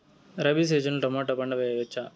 Rabi season లో tomato పంట వేయవచ్చా?